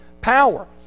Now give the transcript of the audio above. power